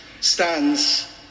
stands